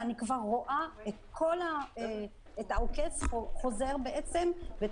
ואני כבר רואה את העוקץ חוזר בעצם ואת